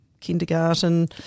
kindergarten